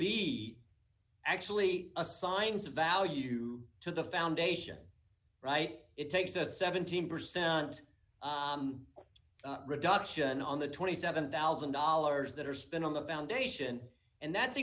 be actually assigns a value to the foundation right it takes a seventeen percent reduction on the twenty seven thousand dollars that are spent on the foundation and that's